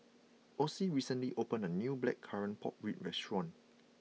Ocie recently opened a new Blackcurrant Pork Ribs restaurant